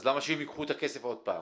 אז למה שהם ייקחו את הכסף עוד פעם?